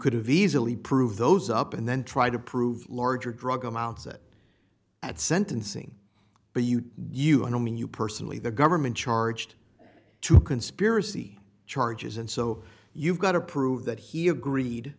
could have easily prove those up and then try to prove larger drug amounts it at sentencing but you i don't mean you personally the government charged to conspiracy charges and so you've got to prove that he agreed